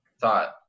thought